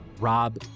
Rob